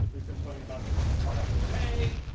we complain about the crappy pay,